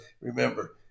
remember